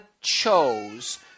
chose